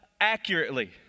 accurately